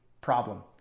problem